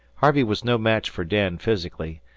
harvey was no match for dan physically,